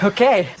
Okay